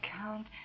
count